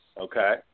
Okay